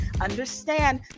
Understand